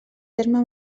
terme